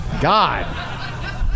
God